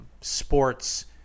sports